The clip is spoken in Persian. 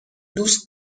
دوست